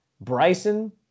Bryson